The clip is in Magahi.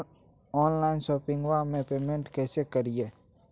ऑनलाइन शोपिंगबा में पेमेंटबा कैसे करिए?